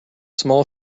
small